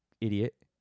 idiot